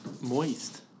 moist